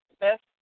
best